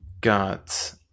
got